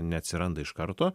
neatsiranda iš karto